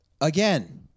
Again